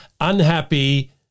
unhappy